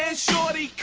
ah shorty